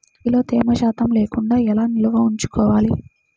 ప్రత్తిలో తేమ శాతం లేకుండా ఎలా నిల్వ ఉంచుకోవాలి?